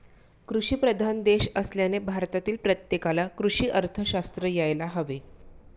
कृषीप्रधान देश असल्याने भारतातील प्रत्येकाला कृषी अर्थशास्त्र यायला हवे